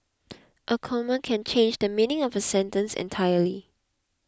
a comma can change the meaning of a sentence entirely